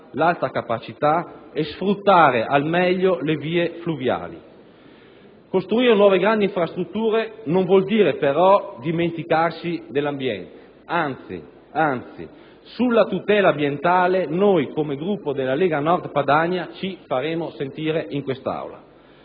l'alta capacità e sfruttare al meglio le vie fluviali. Costruire nuove grandi infrastrutture non vuol dire però dimenticarsi dell'ambiente; anzi, sulla tutela ambientale noi del Gruppo della Lega Nord Padania faremo sentire la nostra